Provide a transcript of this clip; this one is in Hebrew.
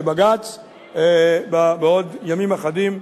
לבג"ץ בעוד ימים אחדים,